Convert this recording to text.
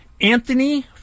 Anthony